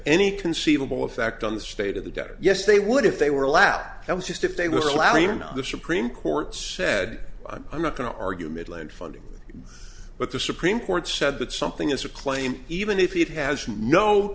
any conceivable effect on the state of the debtor yes they would if they were a lad that was just if they were allowed in the supreme court said i'm not going to argue midland funding but the supreme court said that something is a claim even if it has no